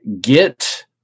get